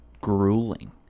grueling